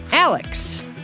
Alex